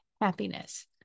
happiness